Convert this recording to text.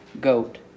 goat